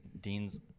Dean's